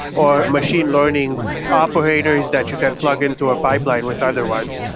or machine learning operators that you can plug into a pipeline with other ones.